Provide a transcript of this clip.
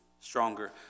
stronger